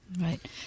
Right